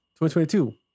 2022